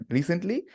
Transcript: Recently